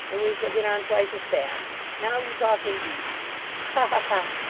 and we shall get on twice as fast. now you talk, indeed ha ha